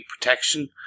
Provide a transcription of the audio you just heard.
protection